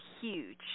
huge